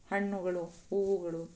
ಹಣ್ಣುಗಳು ಹೂವುಗಳು